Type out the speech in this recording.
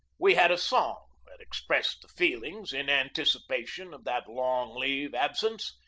we had a song that expressed the feel ings, in anticipation of that long-leave absence,